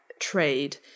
trade